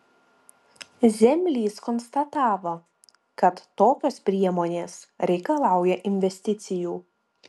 zemlys konstatavo kad tokios priemonės reikalauja investicijų